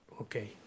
okay